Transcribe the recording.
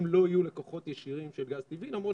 הם לא יהיו לקוחות ישירים של גז טבעי למרות